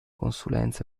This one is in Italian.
consulenza